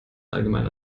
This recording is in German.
allgemein